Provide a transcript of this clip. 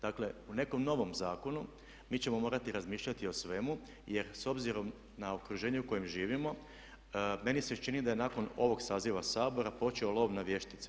Dakle, u nekom novom zakonu mi ćemo morati razmišljati o svemu jer s obzirom na okruženje u kojem živimo meni se čini da je nakon ovog saziva Sabora počeo lov na vještice.